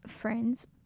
friends